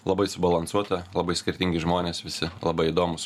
labai subalansuotą labai skirtingi žmonės visi labai įdomūs